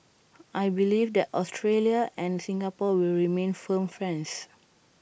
I believe that Australia and Singapore will remain firm friends